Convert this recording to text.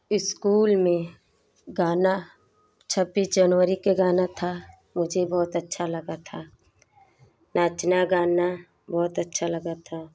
school में गाना छब्बीस जनवरी के गाना था मुझे बहुत अच्छा लगा था नाचना गाना बहुत अच्छा लगा था